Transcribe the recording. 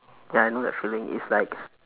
ya I know that feeling it's like